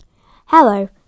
hello